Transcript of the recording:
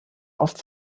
oft